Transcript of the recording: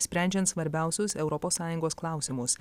sprendžiant svarbiausius europos sąjungos klausimus